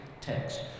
text